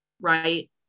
right